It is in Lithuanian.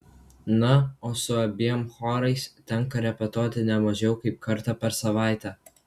na o su abiem chorais tenka repetuoti ne mažiau kaip kartą per savaitę